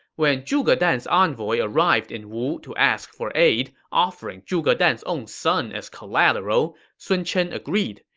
when zhuge dan's envoy arrived in wu to ask for aid, offering zhuge dan's own son as collateral, sun chen agreed.